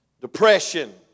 depression